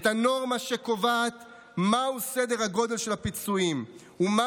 את הנורמה שקובעת מהו סדר הגודל של הפיצויים ומה